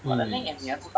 hmm